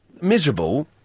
miserable